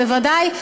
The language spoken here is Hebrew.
זה בוודאי,